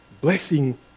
blessing